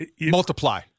Multiply